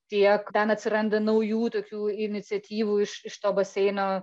tiek ten atsiranda naujų tokių iniciatyvų iš iš to baseino